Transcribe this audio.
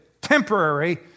temporary